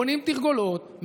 בונים תרגולות,